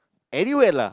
anywhere lah